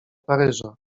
paryża